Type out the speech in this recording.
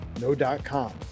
no.com